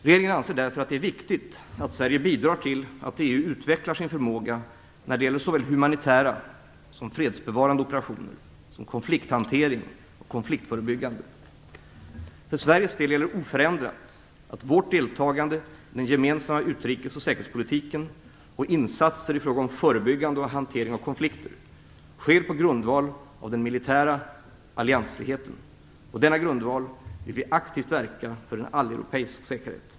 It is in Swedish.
Regeringen anser därför att det är viktigt att Sverige bidrar till att EU utvecklar sin förmåga när det gäller såväl humanitära och fredsbevarande operationer som konflikthantering och konfliktförebyggande. För Sveriges del gäller oförändrat att vårt deltagande i den gemensamma utrikes och säkerhetspolitiken och insatser i fråga om förebyggande och hantering av konflikter sker på grundval av den militära alliansfriheten. På denna grundval vill vi aktivt verka för en alleuropeisk säkerhet.